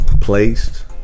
Placed